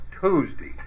Tuesday